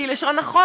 כי לשון החוק,